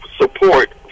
support